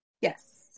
yes